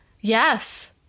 Yes